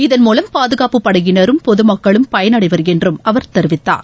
இதன் மூலம் பாதுகாப்பு படையினரும் பொது மக்களும் பயனடைவர் என்றும் அவர் தெரிவித்தார்